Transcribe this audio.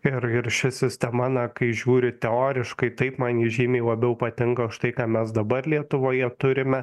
ir ir ši sistema na kai žiūri teoriškai taip man ji žymiai labiau patinka už tai ką mes dabar lietuvoje turime